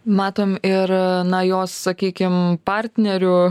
matom ir na jo sakykim partnerių